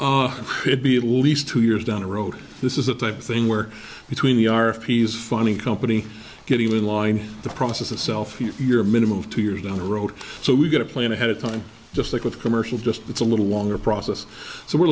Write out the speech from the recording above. should be at least two years down the road this is the type of thing where between the peas funding company getting in line the process itself you're a minimum of two years down the road so we've got to plan ahead of time just like with commercial just it's a little longer process so we